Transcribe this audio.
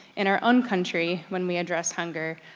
in our own country, when we address hunger,